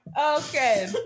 Okay